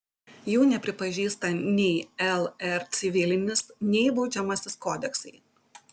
jų nepripažįsta nei lr civilinis nei baudžiamasis kodeksai